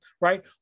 right